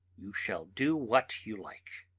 you shall do what you like.